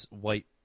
white